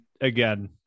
again